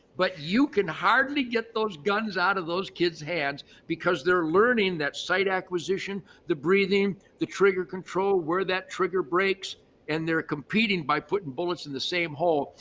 but you can hardly get those guns out of those kids' hands because they're learning that site acquisition, the breathing, the trigger control, where that trigger breaks and they're competing by putting bullets in the same hole.